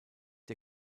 der